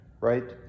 right